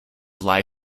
lie